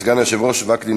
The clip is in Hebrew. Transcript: סגן היושב-ראש וקנין,